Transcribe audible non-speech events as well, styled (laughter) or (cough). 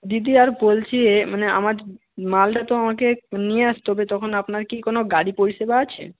দিদি আর বলছি (unintelligible) মানে আমার মালটা তো আমাকে নিয়ে আসতে হবে তখন আপনার কি কোনো গাড়ি পরিষেবা আছে